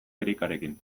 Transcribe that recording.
erikarekin